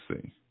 see